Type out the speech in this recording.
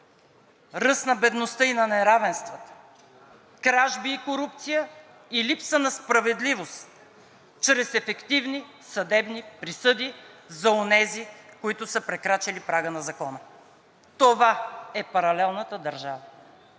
ръст на бедността и на неравенствата, кражби и корупция и липса на справедливост чрез ефективни съдебни присъди за онези, които са прекрачили прага на закона. Това е паралелната държава